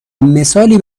مثالی